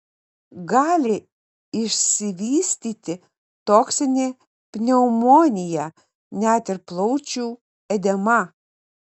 gali išsivystyti toksinė pneumonija net ir plaučių edema